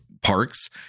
parks